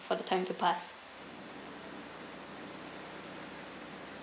for the time to pass